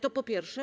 To po pierwsze.